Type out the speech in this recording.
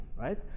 right